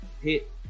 hit